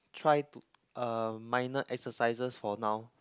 try to uh minor exercises for now